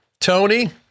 tony